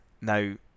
Now